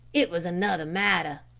it was another matter,